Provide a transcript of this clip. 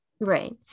right